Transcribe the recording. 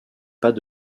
pas